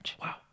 wow